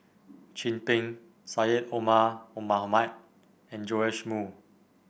Chin Peng Syed Omar Mohamed and Joash Moo